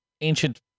ancient